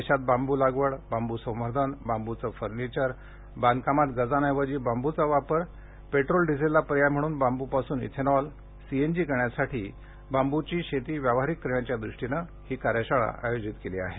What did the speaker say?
देशात बांबू लागवड बांबू संवर्धन बांबूचं फर्निचर बांधकामात गजांऐवजी बांबूचा वापर पेट्रोल डिझेलला पर्याय म्हणून बांबूपासून इथेनॉल बांबूपासून सीएनजी करण्यासाठी बांबूची शेती व्यावहारिक करण्याच्या दृष्टीने उच्चस्तरीय राष्ट्रीय कार्यशाळा आयोजित केली आहे